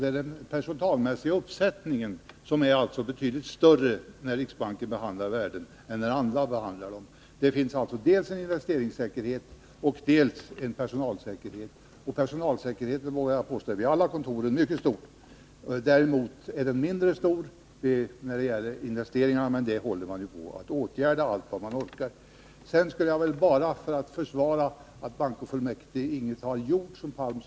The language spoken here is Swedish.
Den gäller den personalmässiga uppsättningen. Det är en betydligt större personaluppsättning när riksbanken behandlar värden än när andra gör det. Det finns alltså dels en investeringssäkerhet, dels en personalsäkerhet. Personalsäkerheten är — det vågar jag påstå — mycket stor vid alla kontor. Däremot är säkerheten mindre när det gäller investeringarna, men det håller man på att åtgärda allt vad man orkar. Jag vill försvara bankofullmäktige, som enligt Sture Palm inte hade gjort någonting.